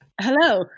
Hello